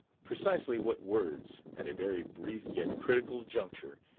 precisely what words, at a very brief yet critical juncture,